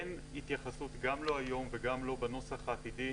אין התייחסות לא היום וגם לא בנוסח העתידי